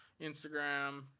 instagram